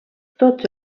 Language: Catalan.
tots